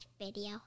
video